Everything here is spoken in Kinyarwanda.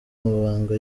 amabanga